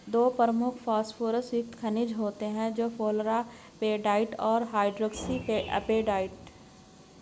दो प्रमुख फॉस्फोरस युक्त खनिज होते हैं, फ्लोरापेटाइट और हाइड्रोक्सी एपेटाइट